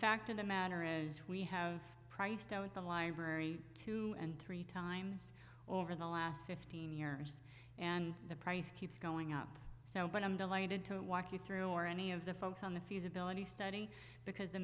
fact of the matter is we have priced the library two and three times over the last fifteen years and the price keeps going up so but i'm delighted to walk you through or any of the folks on the feasibility study because the